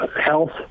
health